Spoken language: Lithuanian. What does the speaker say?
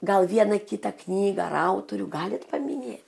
gal vieną kitą knygą ar autorių galit paminėt